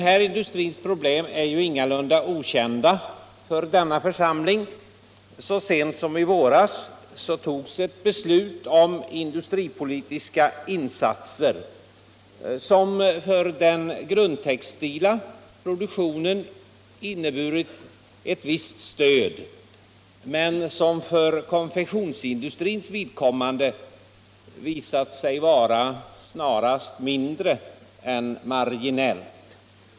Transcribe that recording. : Tekoindustrins problem är ju ingalunda okända för denna församling. Så sent som i våras togs ett beslut om industripolitiska insatser som för den grundtextila produktionen inneburit ett visst stöd men som för konfektionsindustrins vidkommande visat sig vara snarast mindre än margincellt.